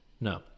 No